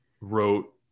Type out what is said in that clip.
wrote